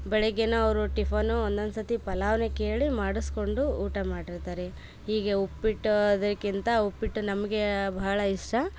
ಬೆಳಗ್ಗೆನು ಅವರು ಟಿಫನೂ ಒಂದೊಂದು ಸರ್ತಿ ಪಲಾವನ್ನೇ ಕೇಳಿ ಮಾಡಿಸ್ಕೊಂಡು ಊಟ ಮಾಡಿರ್ತಾರೆ ಹೀಗೆ ಉಪ್ಪಿಟ್ಟು ಅದಕ್ಕಿಂತ ಉಪ್ಪಿಟ್ಟು ನಮಗೆ ಬಹಳ ಇಷ್ಟ